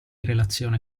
relazione